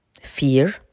Fear